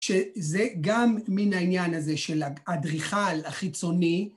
שזה גם מן העניין הזה של האדריכל החיצוני.